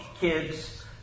kids